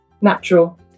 natural